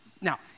Now